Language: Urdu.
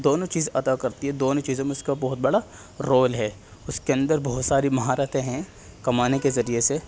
دونوں چیز عطا کرتی ہے دونوں چیزوں میں اس کا بہت بڑا رول ہے اس کے اندر بہت ساری مہارتیں ہیں کمانے کے ذریعہ سے